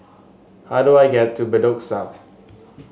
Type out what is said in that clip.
how do I get to Bedok South